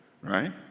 right